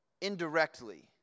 indirectly